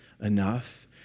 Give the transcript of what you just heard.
enough